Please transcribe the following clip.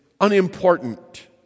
unimportant